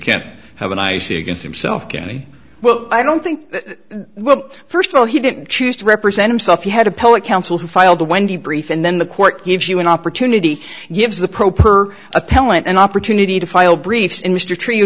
can't have an i c against himself kenny well i don't think well first of all he didn't choose to represent himself he had a poet counsel who filed the wendy brief and then the court gives you an opportunity gives the pro per appellant an opportunity to file briefs in